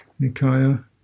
Nikaya